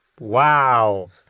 Wow